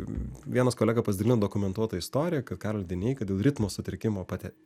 vienas kolega pasidalijo dokumentuota istorija kad karolis dineika dėl ritmo sutrikimo pati